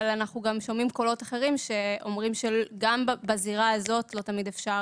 שומעים גם קולות אחרים שאומרים שגם בזירה הזאת לא תמיד אפשר